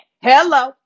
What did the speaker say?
Hello